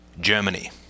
Germany